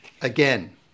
again